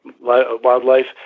wildlife